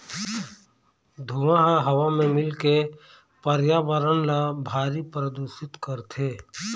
धुंआ ह हवा म मिलके परयाबरन ल भारी परदूसित करथे